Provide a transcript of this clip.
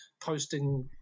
posting